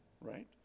right